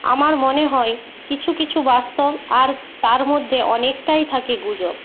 আমার মনে হয় কিছু কিছু বাস্তব আর তার মধ্যে অনেকটাই থাকে গুজব